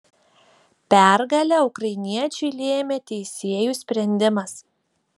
pergalę ukrainiečiui lėmė teisėjų sprendimas